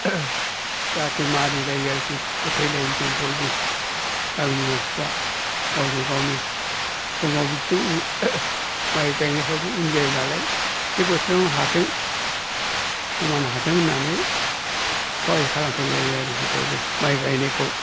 जाहाथे मानिलायो आरोखि फोथायलायो जों बयबो गामिनि मानसिफ्रा गावजों गावनो समाव बिदिनो माइ गायनायफ्रावबो उन जायोनालाय एसे बोथोरावनो हाथों समावनो हाथों होननानै सहाय खालाम फैलायो आरोखि बयबो माइ गायनायखौ